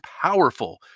powerful